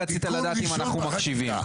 רק רצית לדעת אם אנחנו מקשיבים.